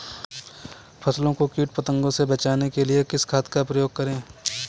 फसलों को कीट पतंगों से बचाने के लिए किस खाद का प्रयोग करें?